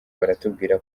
batubwira